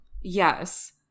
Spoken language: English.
yes